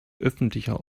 öffentlicher